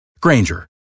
Granger